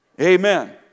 Amen